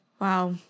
Wow